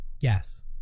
Yes